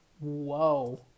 whoa